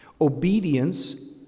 Obedience